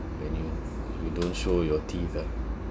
when you you don't show your teeth ah